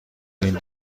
این